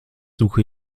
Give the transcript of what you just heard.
suche